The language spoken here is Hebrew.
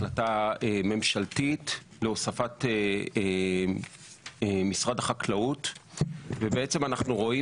החלטה ממשלתית להוספת משרד החקלאות ובעצם אנחנו רואים